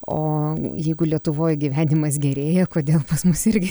o jeigu lietuvoj gyvenimas gerėja kodėl pas mus irgi